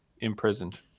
imprisoned